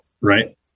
right